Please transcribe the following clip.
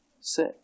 sick